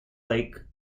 lake